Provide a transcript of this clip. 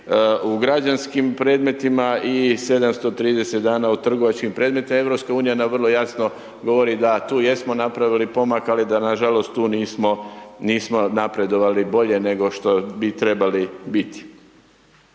u građanskim predmetima i 730 dana u trgovačkim predmetima. EU nam vrlo jasno govori da tu jesmo napravili pomak, ali da, nažalost, tu nismo napredovali bolje, nego što bi trebali biti.